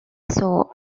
sore